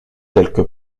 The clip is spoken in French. quelque